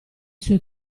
suoi